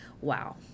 Wow